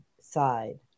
side